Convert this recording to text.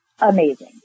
amazing